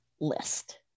list